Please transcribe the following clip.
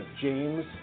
James